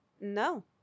no